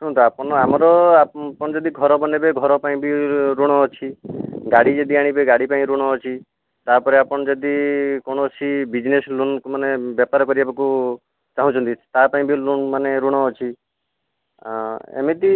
ଶୁଣନ୍ତୁ ଆପଣ ଆମର ଆପଣ ଯଦି ଘର ବନାଇବେ ଘର ପାଇଁ ବି ଋଣ ଅଛି ଗାଡ଼ି ଯଦି ଆଣିବେ ଗାଡ଼ି ପାଇଁ ଋଣ ଅଛି ତାପରେ ଆପଣ ଯଦି କୌଣସି ବିଜନେସ ଲୋନକୁ ମାନେ ବେପାର କରିବାକୁ ଚାହୁଁଛନ୍ତି ତା ପାଇଁ ବି ଲୋନ ମାନେ ଋଣ ଅଛି ଆଁ ଏମିତି